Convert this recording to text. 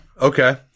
Okay